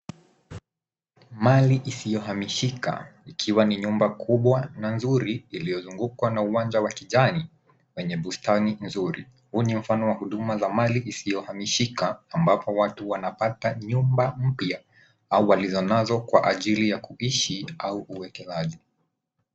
Mali isiyohamishika, ikiwa ni nyumba kubwa na nzuri, iliyozungukwa na uwanja wa kijani wenye bustani mzuri. Huu ni mfano wa huduma za mali isiyohamishika, ambapo watu wanapata nyumba mpya, au walizo nazo kwa ajili ya kuishi, au uwekezaji.